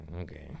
Okay